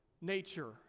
nature